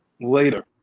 later